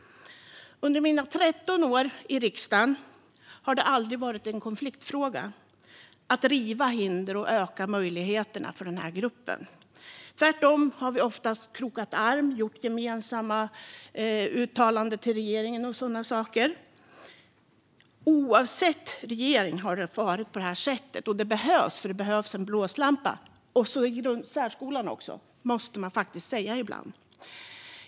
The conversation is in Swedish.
Under mina 13 år i riksdagen har det aldrig varit en konfliktfråga att riva hinder och öka möjligheterna för den här gruppen. Tvärtom har vi oftast krokat arm och gjort gemensamma uttalanden till regeringen och sådana saker. Oavsett regering har det varit på det sättet, och det behövs. Det behövs nämligen en blåslampa även på grundsärskolan. Det måste man faktiskt säga ibland.